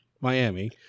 Miami